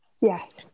Yes